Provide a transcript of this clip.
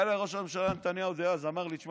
בא אליי ראש הממשלה דאז נתניהו ואמר לי: תשמע,